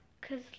Cause